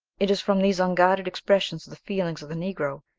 it is from these unguarded expressions of the feelings of the negroes,